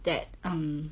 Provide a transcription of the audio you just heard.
that um